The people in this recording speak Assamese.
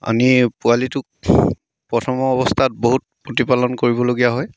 আনি পোৱালিটোক প্ৰথম অৱস্থাত বহুত প্ৰতিপালন কৰিবলগীয়া হয়